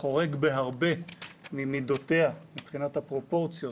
חורג בהרבה ממידותיה מבחינת הפרופורציות